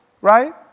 Right